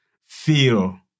feel